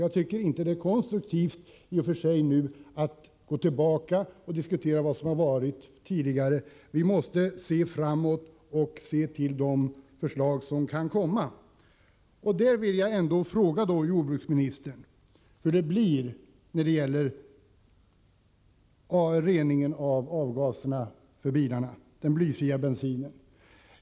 Men jag tycker inte att det är konstruktivt att diskutera vad som gjorts tidigare. Vi måste se framåt och diskutera förslag som kan komma. Jag vill då fråga jordbruksministern hur det blir med reningen av bilavgaserna, med införandet av blyfri bensin.